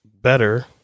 better